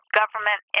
government